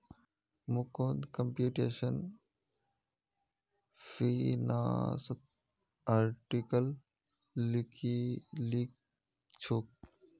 Mukund computational फिनांसत article लिखछोक